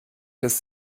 das